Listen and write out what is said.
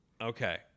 Okay